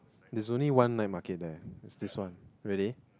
it's only one night market there it's this one really